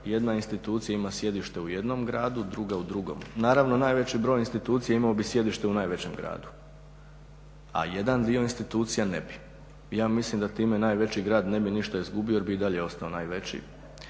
jedna institucija ima sjedište u jednom gradu, druga u drugom. Naravno najveći broj institucija imao bi sjedište u najvećem gradu, a jedan dio institucija ne bi. I ja mislim da time najveći grad ne bi ništa izgubio jer bi i dalje ostao najveći,